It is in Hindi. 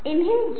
लेआउट क्या है